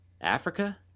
Africa